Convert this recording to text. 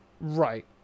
Right